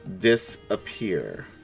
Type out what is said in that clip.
disappear